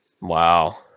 Wow